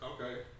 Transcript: Okay